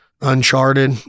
Uncharted